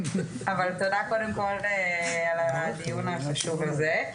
אבל תודה קודם כל על הדיון החשוב הזה.